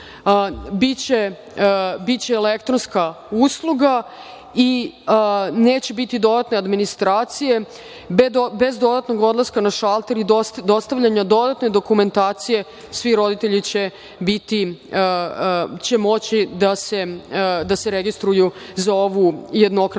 Biće elektronska usluga i neće biti dodatne administracije, bez dodatnog odlaska na šalter i dostavljanja dodatne dokumentacije, svi roditelji će moći da se registruju za ovu jednokratnu